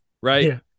Right